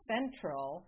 Central